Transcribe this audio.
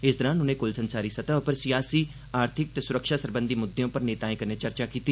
इस दरान उने कुल संसारी सतह उप्पर सियासी आर्थिक ते सुरक्षा सरबंधी मुद्दें उप्पर नेताएं कन्नै चर्चा कीती